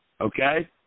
Okay